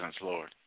Lord